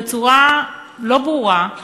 בצורה לא ברורה,